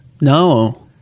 No